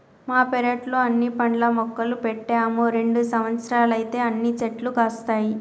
మా పెరట్లో అన్ని పండ్ల మొక్కలు పెట్టాము రెండు సంవత్సరాలైతే అన్ని చెట్లు కాస్తాయి